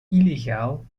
illegaal